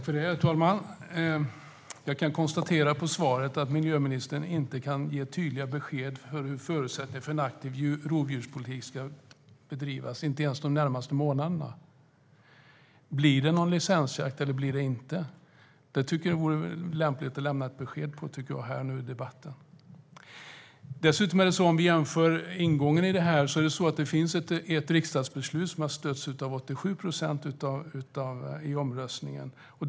Herr talman! Jag kan konstatera utifrån svaret att miljöministern inte kan ge tydliga besked om hur en aktiv rovdjurspolitik ska bedrivas, inte ens de närmaste månaderna. Blir det någon licensjakt eller inte? Det vore lämpligt att i den här debatten ge besked om det. Om vi jämför ingången i det här finns det ett riksdagsbeslut som har stötts av 87 procent i omröstningen.